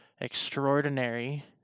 extraordinary